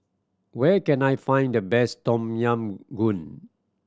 where can I find the best Tom Yam Goong